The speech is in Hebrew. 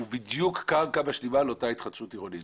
הוא בדיוק קרקע משלימה לאותה התחדשות עירונית.